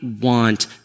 want